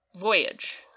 voyage